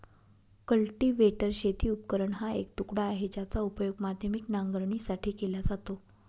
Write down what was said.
cultivator शेती उपकरण हा एक तुकडा आहे, ज्याचा उपयोग माध्यमिक नांगरणीसाठी केला जातो